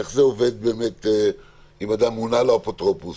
איך זה עובד אם אדם מונה לו אפוטרופוס,